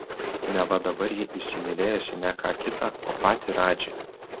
neva dabar ji įsimylėjusi ne ką kitą o patį radžį